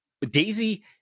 daisy